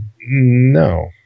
No